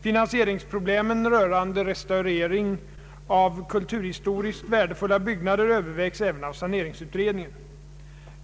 Finansieringsproblemen rörande restaurering av kulturhistoriskt värdefulla byggnader övervägs även av saneringsutredningen.